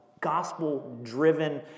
gospel-driven